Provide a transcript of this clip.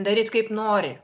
daryt kaip nori